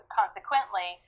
consequently